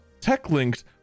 TechLinked